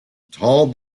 tall